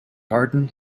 garden